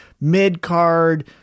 mid-card